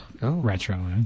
Retro